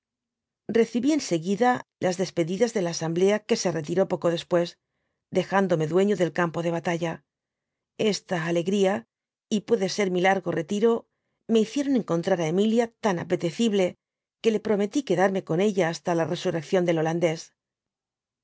rcoibi en seguida las despedidas de la asamblea que se retiró poco después dejándome dueño del campo de bataua esta alegría y puede ser mi largo retírosme hicieron encontrar á emilia tan apetecible que le prometi quedarme con ella hasta la resureccion del holandés